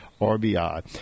RBI